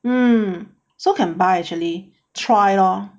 um so can buy actually try lor